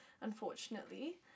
unfortunately